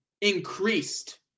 increased